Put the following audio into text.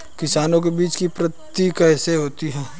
किसानों को बीज की प्राप्ति कैसे होती है?